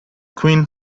queen